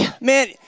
man